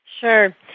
Sure